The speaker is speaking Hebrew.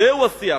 זהו השיח: